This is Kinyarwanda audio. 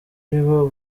aribo